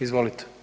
Izvolite.